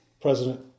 President